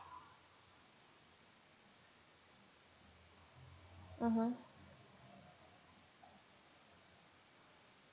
mmhmm